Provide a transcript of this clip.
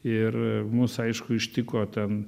ir mus aišku ištiko ten